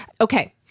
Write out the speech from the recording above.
okay